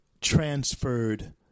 transferred